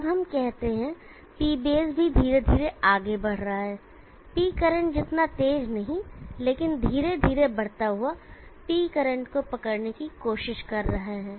अब हम कहते हैं कि P बेस भी धीरे धीरे आगे बढ़ रहा है P करेंट जितना तेज़ नहीं है लेकिन धीरे धीरे बढ़ता हुआ P करंट को पकड़ने की कोशिश कर रहा है